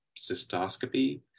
cystoscopy